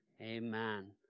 Amen